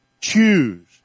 choose